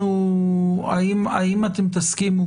האם אתם תסכימו,